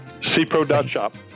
cpro.shop